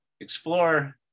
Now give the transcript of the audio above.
explore